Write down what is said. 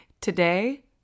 Today